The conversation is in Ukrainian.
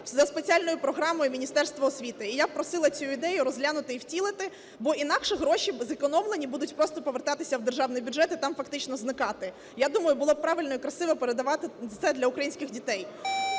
за спеціальною програмою Міністерства освіти. І я б просила цю ідею розглянути і втілити, бо інакше гроші зекономлені будуть просто повертатися в державний бюджет і там фактично зникати. Я думаю, було б правильно і красиво передавати це для українських дітей.